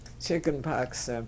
chickenpox